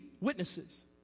witnesses